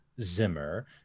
Zimmer